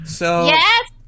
Yes